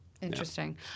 Interesting